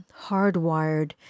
hardwired